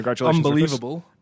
unbelievable